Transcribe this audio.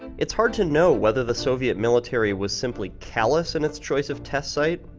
it's hard to know whether the soviet military was simply callous in its choice of test site,